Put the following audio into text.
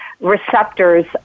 receptors